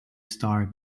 star